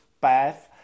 path